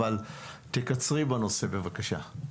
אבל תקצרי בנושא בבקשה.